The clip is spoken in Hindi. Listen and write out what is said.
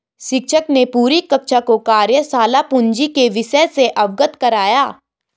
शिक्षक ने पूरी कक्षा को कार्यशाला पूंजी के विषय से अवगत कराया